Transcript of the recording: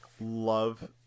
love